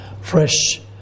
fresh